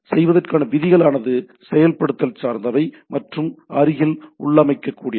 செய்வதற்கான விதிகள் ஆனது செயல்படுத்தல் சார்ந்தவை மற்றும் அருகில் உள்ளமைக்கக்கூடியவை